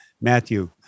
Matthew